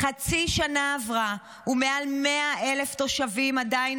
חצי שנה עברה ומעל 100,000 תושבים עדיין